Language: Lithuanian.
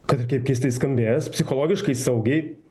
kad i kaip keistai skambės psichologiškai saugiai